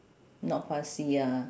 not fussy ah